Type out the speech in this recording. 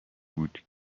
بود